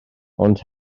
ond